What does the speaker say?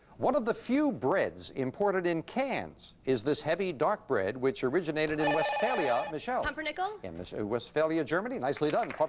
one of the few breads imported in cans is this heavy, dark bread which originated in westphalia. michelle? pumpernickel. in ah westphalia, germany. nicely done.